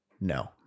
no